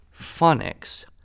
phonics